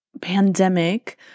pandemic